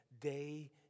day